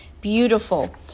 beautiful